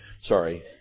Sorry